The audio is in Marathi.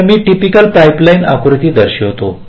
तर मी टिपिकल पाइपलाइन आकृती दर्शवित आहे